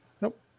Nope